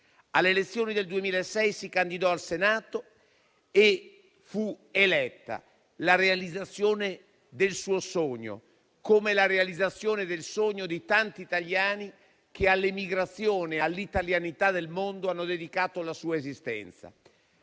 Alle elezioni del 2006 si candidò al Senato e fu eletta: la realizzazione del suo sogno, come la realizzazione del sogno di tanti italiani che all'emigrazione e all'italianità nel mondo hanno dedicato la loro esistenza.